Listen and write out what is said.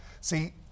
See